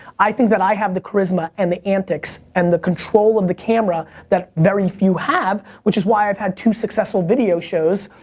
i think that i have the charisma and the antics and the control of the camera that very few have, which is why i've had two successful video shows